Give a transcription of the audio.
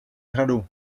hradu